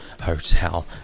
hotel